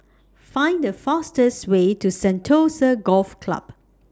Find The fastest Way to Sentosa Golf Club